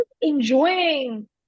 enjoying